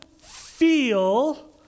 feel